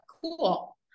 cool